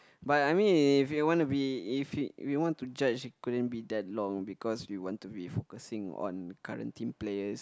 but I mean if it want to be if it we want to judge it couldn't be that long because we want to be focusing on current team players